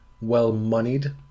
well-moneyed